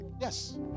yes